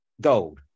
gold